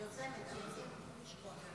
היוזמת של החוק.